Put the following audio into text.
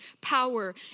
power